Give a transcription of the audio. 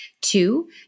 Two